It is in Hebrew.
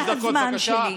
כבוד, זה הכול לא מהזמן שלי.